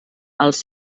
als